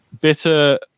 bitter